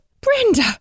Brenda